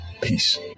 Peace